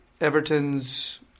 Everton's